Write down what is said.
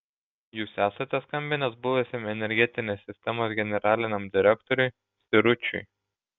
jūs esate skambinęs buvusiam energetinės sistemos generaliniam direktoriui siručiui